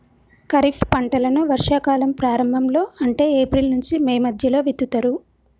ఖరీఫ్ పంటలను వర్షా కాలం ప్రారంభం లో అంటే ఏప్రిల్ నుంచి మే మధ్యలో విత్తుతరు